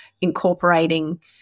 incorporating